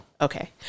okay